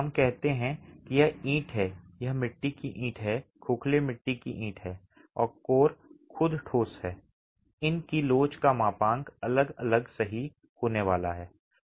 हम कहते हैं कि यह ईंट है यह मिट्टी की ईंट है खोखले मिट्टी की ईंट है और कोर खुद ठोस है इन की लोच का मापांक अलग अलग सही होने वाला है